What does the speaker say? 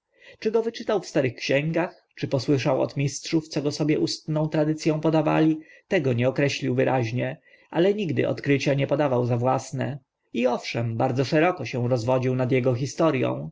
czy go wyczytał w starych księgach czy posłyszał od mistrzów co go sobie ustną tradyc ą podawali tego nie określał wyraźnie ale nigdy odkrycia nie podawał za własne i owszem bardzo szeroko się rozwodził nad ego historią